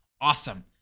Awesome